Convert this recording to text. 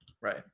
Right